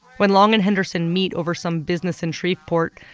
when long and henderson meet over some business in shreveport,